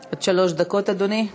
עד שלוש דקות, אדוני.